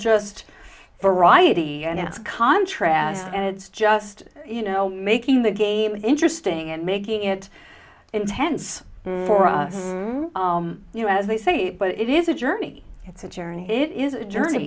just variety and it's contrast and it's just you know making the game interesting and making it intense for us you know as they say but it is a journey it's a journey it is a journey